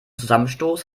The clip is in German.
zusammenstoß